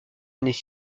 années